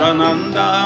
Ananda